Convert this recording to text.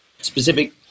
specific